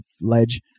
ledge